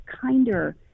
kinder